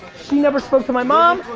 she never spoke to my mom.